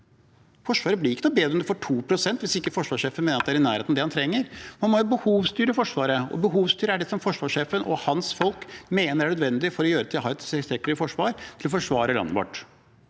Forsvaret blir ikke noe bedre om de får 2 pst. hvis ikke forsvarssjefen mener at det er i nærheten av det han trenger. Man må behovsstyre Forsvaret. Å behovsstyre er å gjøre det forsvarssjefen og hans folk mener er nødvendig for å ha et tilstrekkelig forsvar til å forsvare landet vårt.